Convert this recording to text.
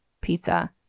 pizza